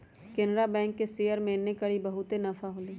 Canara bank के share में एन्नेकारी बहुते नफा होलई